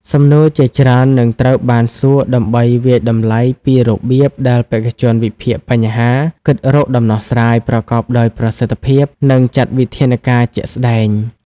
សំណួរជាច្រើននឹងត្រូវបានសួរដើម្បីវាយតម្លៃពីរបៀបដែលបេក្ខជនវិភាគបញ្ហា គិតរកដំណោះស្រាយប្រកបដោយប្រសិទ្ធភាព និងចាត់វិធានការជាក់ស្តែង។